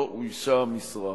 לא אוישה המשרה.